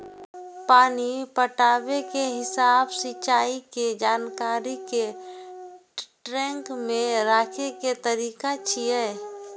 पानि पटाबै के हिसाब सिंचाइ के जानकारी कें ट्रैक मे राखै के तरीका छियै